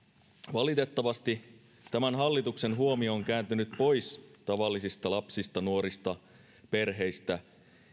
valitettavasti tämän hallituksen huomio on kääntynyt pois tavallisista lapsista nuorista perheistä